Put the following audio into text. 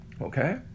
okay